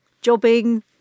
jobbing